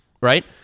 right